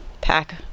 pack